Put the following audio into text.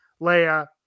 Leia